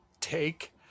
take